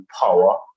power